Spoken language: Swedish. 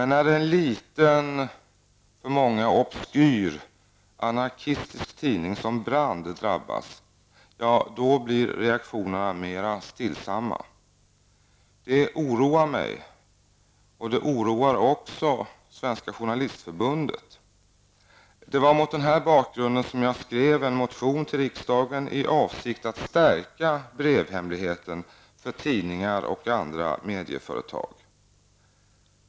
När en liten och, för många, obskyr anarkistisk tidning som Brand drabbas blir reaktionerna mera stillsamma. Det oroar mig, och det oroar också Svenska Mot den här bakgrunden skrev jag en motion till riksdagen i avsikt att stärka brevhemligheten för tidningar och andra mediaföretag.